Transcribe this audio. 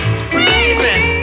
screaming